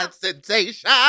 sensation